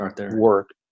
work